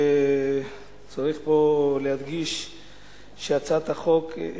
צריך פה להדגיש שהצעת החוק,